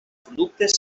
productes